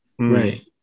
Right